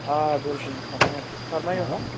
آ بِلکُل نِثار احمد چھُس فرمٲیِو حظ